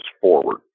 forward